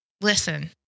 listen